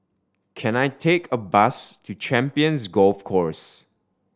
can I take a bus to Champions Golf Course